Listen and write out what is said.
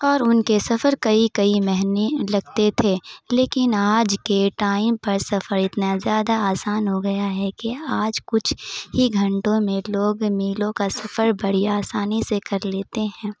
اور ان کے سفر کئی کئی مہینے لگتے تھے لیکن آج کے ٹائم پر سفر اتنا زیادہ آسان ہو گیا ہے کہ آج کچھ ہی گھنٹوں میں لوگ میلوں کا سفر بڑی آسانی سے کر لیتے ہیں